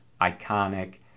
iconic